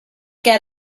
get